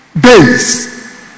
days